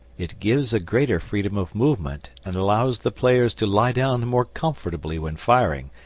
it gives a greater freedom of movement and allows the players to lie down more comfortably when firing,